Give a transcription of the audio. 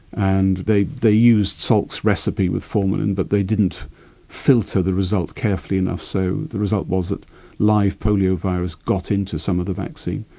and they they used salk's recipe with formalin but they didn't filter the result carefully enough, so the result was that live polio virus got into some of the vaccine.